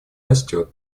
растет